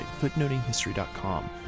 footnotinghistory.com